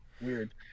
Weird